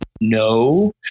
no